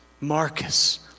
Marcus